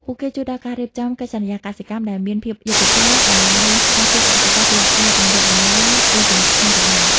ពួកគេជួយដល់ការរៀបចំ "កិច្ចសន្យាកសិកម្ម" ដែលមានភាពយុត្តិធម៌ ដើម្បីការពារកសិករពីការទម្លាក់តម្លៃពីសំណាក់ឈ្មួញកណ្ដាល។